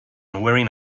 wearing